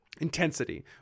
intensity